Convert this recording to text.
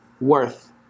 worth